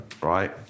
Right